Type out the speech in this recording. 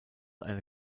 eine